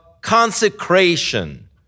consecration